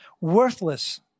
Worthless